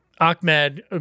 Ahmed